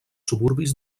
suburbis